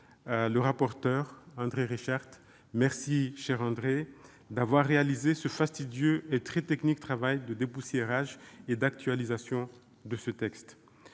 le rapporteur. Merci, cher André, d'avoir réalisé ce fastidieux et très technique travail de dépoussiérage et d'actualisation de ce texte.